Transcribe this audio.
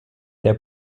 der